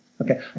okay